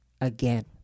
Again